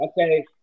Okay